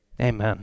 Amen